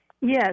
Yes